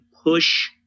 push